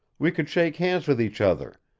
we could shake hands with each other,